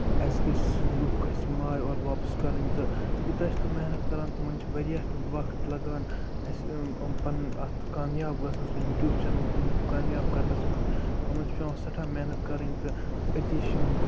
اَسہِ گژھِ لُکھ أسۍ ماے اور واپَس کَرٕنۍ تہٕ یوٗتاہ چھِ تِم محنت کران تِمن چھُ واریاہ وقت لَگان اَسہِ أمۍ پَنٕنۍ اَتھ کامیاب گژھنَس وۄنۍ یوٗٹوٗب چینَل کامیاب کرنَس منٛز اَتھ منٛز چھِ پیٚوان سٮ۪ٹھاہ محنت کرٕنۍ تہٕ أتی چھِ یِم